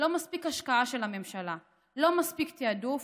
לא מספיק השקעה של הממשלה, לא מספיק תיעדוף,